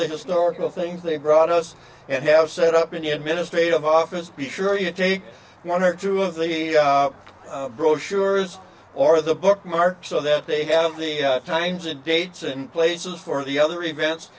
the historical things they brought us and have set up an administrative office be sure you take one or two of the brochures or the bookmark so that they have the times and dates and places for the other events